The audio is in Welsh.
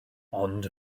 ond